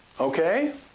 okay